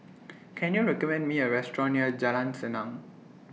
Can YOU recommend Me A Restaurant near Jalan Senang